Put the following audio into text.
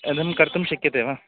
इदं कर्तुं शक्यते वा